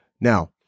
Now